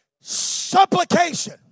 supplication